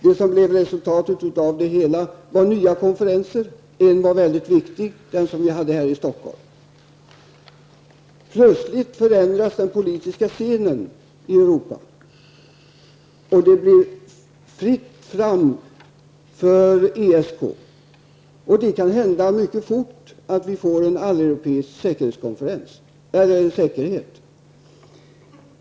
Det som blev resultatet av det hela var nya konferenser. En var väldigt viktig, den som vi hade här i Stockholm. Plötsligt förändras den politiska scenen i Europa, och det blir fritt fram för ESK. Det kan hända mycket fort att vi får en alleuropeisk säkerhet.